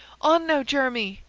on, now, jeremy!